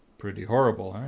pretty horrible, ah?